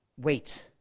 Wait